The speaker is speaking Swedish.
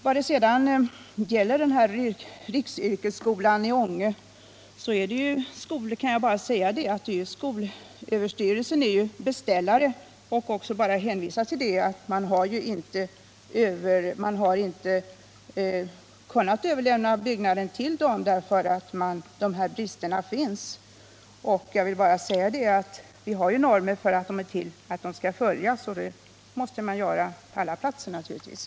Vad det sedan gäller riksyrkesskolan i Ånge kan jag bara säga att skolöverstyrelsen är beställare och hänvisa till att byggnadsföretaget inte har kunnat överlämna byggnaden till skolöverstyrelsen på grund av de brister som vidlåder densamma. Sedan vill jag bara framhålla att normer är till för att följas, och det måste naturligtvis gälla på alla platser.